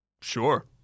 Sure